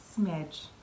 smidge